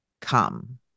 come